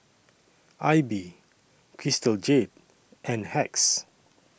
AIBI Crystal Jade and Hacks